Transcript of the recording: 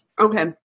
Okay